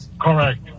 Correct